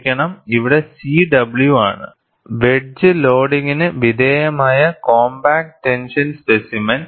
ക്ഷമിക്കണം ഇവിടെ C W ആണ് വെഡ്ജ് ലോഡിംഗിന് വിധേയമായ കോംപാക്റ്റ് ടെൻഷൻ സ്പെസിമെൻ